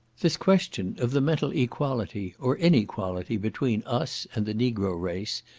this question of the mental equality, or inequality between us and the negro race,